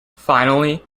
finally